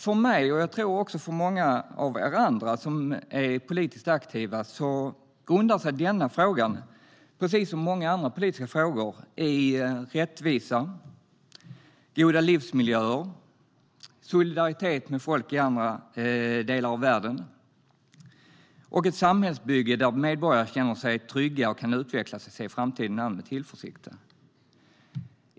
För mig, och jag tror också för många av er andra som är politiskt aktiva, grundar sig denna fråga, precis som många andra politiska frågor, i rättvisa, goda livsmiljöer, solidaritet med folk i andra delar av världen och ett samhällsbygge där medborgare känner sig trygga och kan utvecklas och se framtiden an med tillförsikt.